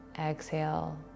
Exhale